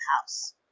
house